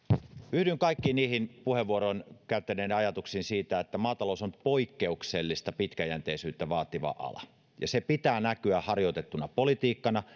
yhdyn kaikkiin niihin puheenvuoron käyttäneiden ajatuksiin siitä että maatalous on poikkeuksellista pitkäjänteisyyttä vaativa ala ja sen pitää näkyä harjoitettuna politiikkana